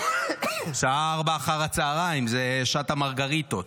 השעה 16:00, זו שעת המרגריטות,